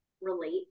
relate